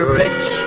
rich